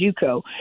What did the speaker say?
Juco